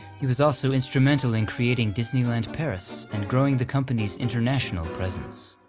he was also instrumental in creating disneyland paris, and growing the company's international presence.